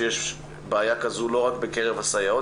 שיש בעיה כזו לא רק בקרב הסייעות,